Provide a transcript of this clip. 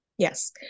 Yes